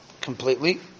completely